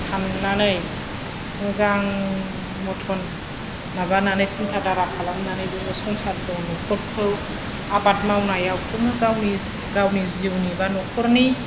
साननानै मोजां मथन माबानानै सिन्था दारा खालामनानै जोङो संसारखौ नखरखौ आबाद मावनायाखौनो गावनि गावनि जिउनि बा नखरनि